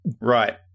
right